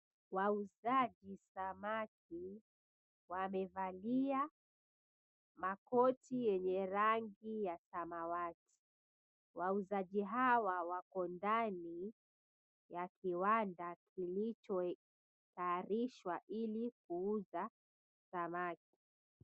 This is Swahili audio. Wauzaji samaki wamevalia makoti yenye rangi ya samawati, wauzaji hawa wako ndani ya kiwanda kilichotayarishwa ili kuuza samaki.